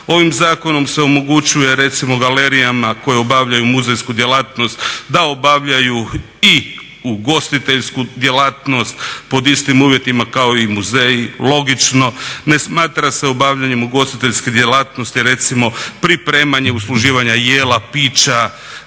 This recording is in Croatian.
Ovim zakonom se omogućuje recimo galerijama koje obavljaju muzejsku djelatnost da obavljaju i ugostiteljsku djelatnost pod istim uvjetima kao i muzeji, logično. Ne smatra se obavljanje ugostiteljske djelatnosti recimo pripremanje usluživanja jela, pića